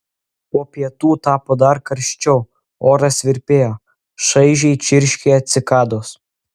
po pietų tapo dar karščiau oras virpėjo šaižiai čirškė cikados